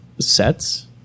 sets